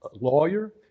lawyer